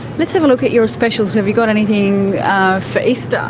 let's have a look at your specials. have you got anything for easter?